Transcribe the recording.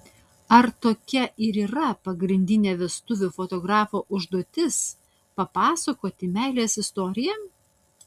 ar tokia ir yra pagrindinė vestuvių fotografo užduotis papasakoti meilės istoriją